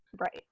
Right